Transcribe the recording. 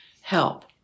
help